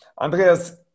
andreas